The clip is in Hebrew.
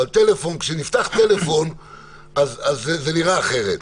אבל טלפון, כשנפתח טלפון אז זה נראה אחרת.